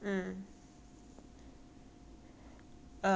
ah 吃饱了嘴巴油油才去 lick lor